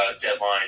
deadline